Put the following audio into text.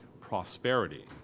prosperity